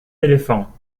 éléphant